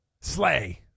slay